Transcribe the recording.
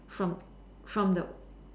from from the